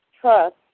Trust